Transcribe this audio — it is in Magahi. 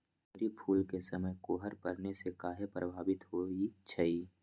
तोरी फुल के समय कोहर पड़ने से काहे पभवित होई छई?